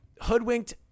Hoodwinked